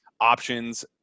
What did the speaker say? options